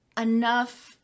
enough